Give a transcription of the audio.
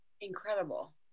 incredible